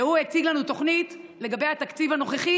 והוא הציג לנו תוכנית לגבי התקציב הנוכחי